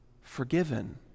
forgiven